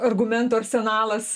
argumentų arsenalas